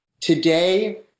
Today